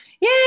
Yay